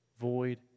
void